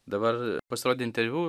dabar pasirodė interviu